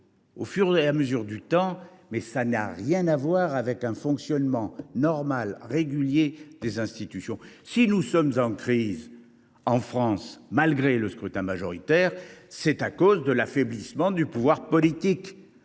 au fur et à mesure du temps sans que cela ait rien à voir avec le fonctionnement normal et régulier des institutions. Si la France est en crise, malgré le scrutin majoritaire, c’est à cause de l’affaiblissement du pouvoir politique,